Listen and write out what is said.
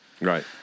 Right